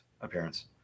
appearance